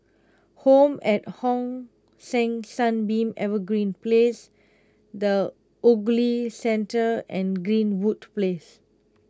Home at Hong San Sunbeam Evergreen Place the Ogilvy Centre and Greenwood Place